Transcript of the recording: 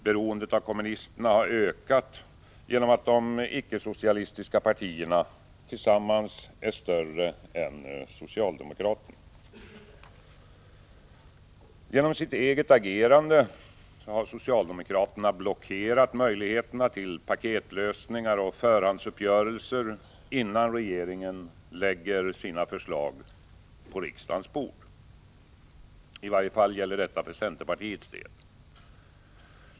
Beroendet av kommunisterna har ökat genom att de icke-socialistiska partierna tillsammans är större än socialdemokraterna. Genom sitt eget agerande har socialdemokraterna blockerat möjligheterna till paketlösningar och förhandsuppgörelser innan regeringen lägger sina förslag på riksdagens bord. I varje fall gäller detta för centerpartiets del.